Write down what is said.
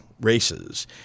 races